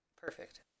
Perfect